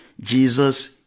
Jesus